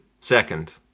Second